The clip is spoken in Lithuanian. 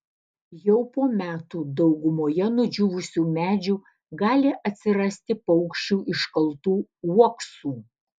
jau po metų daugumoje nudžiūvusių medžių gali atsirasti paukščių iškaltų uoksų